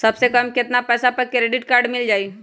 सबसे कम कतना पैसा पर क्रेडिट काड मिल जाई?